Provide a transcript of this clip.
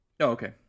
okay